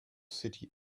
city